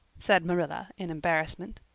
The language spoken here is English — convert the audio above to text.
said marilla in embarrassment.